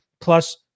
plus